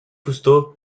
cousteau